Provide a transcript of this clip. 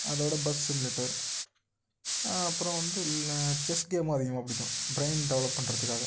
அதோடய bus simulator அப்புறம் வந்து ல செஸ் கேமும் அதிகமாக பிடிக்கும் ப்ரைன் டெவலப் பண்ணுறதுக்காக